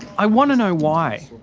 i want to know why.